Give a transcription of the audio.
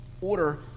order